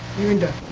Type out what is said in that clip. eu and